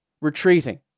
retreating